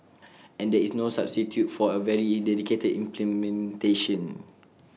and there is no substitute for very dedicated implementation